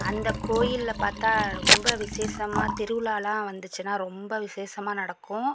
அந்த கோயிலில் பார்த்தா ரொம்ப விசேஷமாக திருவிழால்லாம் வந்துச்சுன்னா ரொம்ப விசேஷமாக நடக்கும்